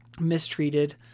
mistreated